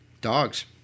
dogs